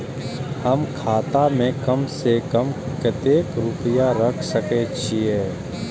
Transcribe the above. हम खाता में कम से कम कतेक रुपया रख सके छिए?